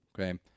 okay